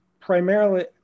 primarily